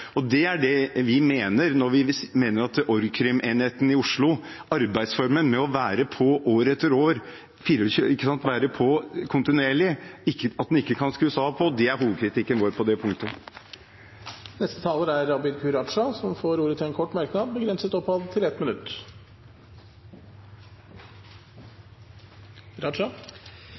på. Det er det vi mener når vi sier at org. krim-enheten i Oslo, arbeidsformen med å være på år etter år, kontinuerlig, ikke kan skrus av og på. Det er hovedkritikken vår på det punktet. Representanten Abid Q. Raja har hatt ordet to ganger tidligere og får ordet til en kort merknad, begrenset til 1 minutt.